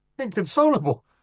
Inconsolable